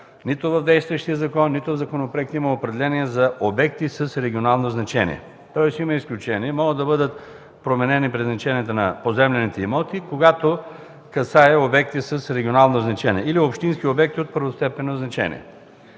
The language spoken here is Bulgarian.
нито в действащия закон, нито в законопроекта има определение за обекти с регионално значение. Тоест има изключения. Могат да бъдат променени предназначенията на поземлените имоти, когато касаят обекти с регионално значение или общински обекти от първостепенно значение.